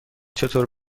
چطور